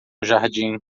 jardim